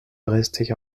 resté